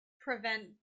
prevent